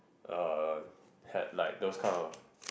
uh had like those kind of